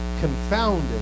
confounded